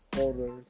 ordered